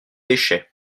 pêchaient